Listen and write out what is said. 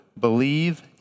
believe